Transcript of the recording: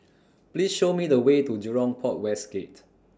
Please Show Me The Way to Jurong Port West Gate